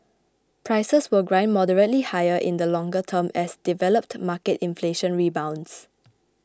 prices will grind moderately higher in the longer term as developed market inflation rebounds